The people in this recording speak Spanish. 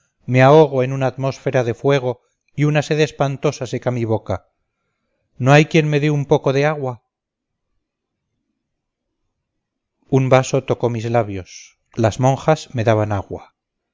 me ahogo en una atmósfera de fuego y una sed espantosa seca mi boca no hay quién me dé un poco de agua un vaso tocó mis labios las monjas me daban agua